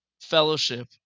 fellowship